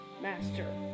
master